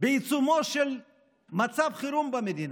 בעיצומו של מצב חירום במדינה,